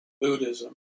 Buddhism